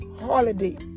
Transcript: holiday